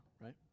right